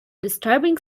disturbing